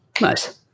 Nice